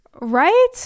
Right